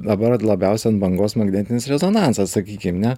dabar labiausiai ant bangos magnetinis rezonansas sakykim ne